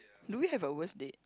do we have a worst date